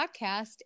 podcast